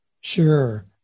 Sure